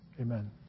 Amen